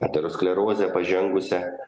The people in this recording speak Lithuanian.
aterosklerozę pažengusią